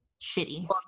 Shitty